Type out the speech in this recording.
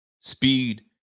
speed